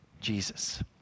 Jesus